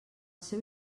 seu